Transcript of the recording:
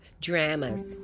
dramas